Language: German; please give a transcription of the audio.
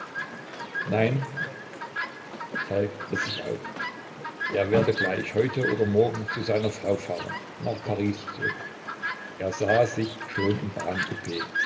nein falk riß sich auf er werde gleich heute oder morgen zu seiner frau fahren nach paris zurück er sah sich schon im